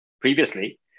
previously